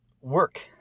work